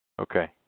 Okay